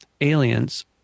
aliens